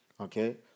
Okay